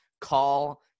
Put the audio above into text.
call